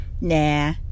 Nah